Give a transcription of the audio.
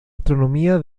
astronomía